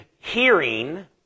hearing